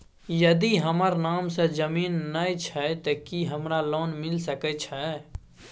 यदि हमर नाम से ज़मीन नय छै ते की हमरा लोन मिल सके छै?